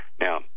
Now